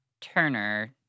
Turner